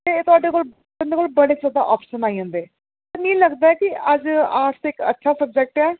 थुआढ़े कोल बंदे कोल बड़े जैदा आप्शन आई जंदे मिकी लगदा के अज्ज आर्ट्स इक अच्छा सब्जैक्ट ऐ